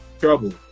trouble